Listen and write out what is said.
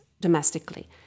domestically